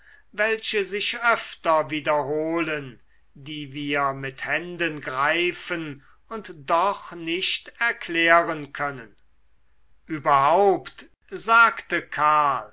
welche sich öfter wiederholen die wir mit händen greifen und doch nicht erklären können überhaupt sagte karl